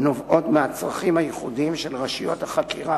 נובעות מהצרכים הייחודיים של רשויות החקירה